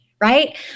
right